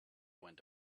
went